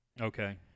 Okay